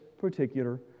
particular